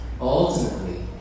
Ultimately